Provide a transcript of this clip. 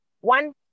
one